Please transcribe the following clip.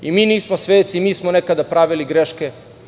I mi nismo sveci, mi smo nekada pravili greške.